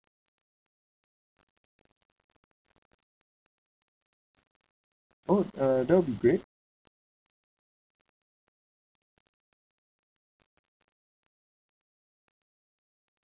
oh that will be great